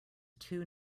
too